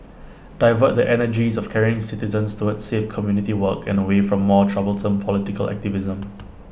divert the energies of caring citizens towards safe community work and away from more troublesome political activism